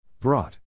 Brought